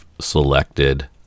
selected